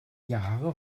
jahre